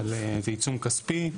זה עיצום כספי,